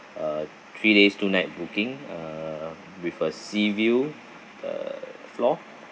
uh three days two night booking uh with a sea view third floor